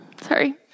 Sorry